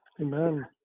Amen